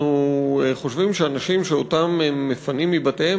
אנחנו חושבים שאנשים שמפנים אותם מבתיהם